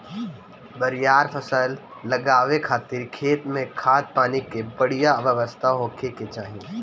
बरियार फसल लगावे खातिर खेत में खाद, पानी के बढ़िया व्यवस्था होखे के चाही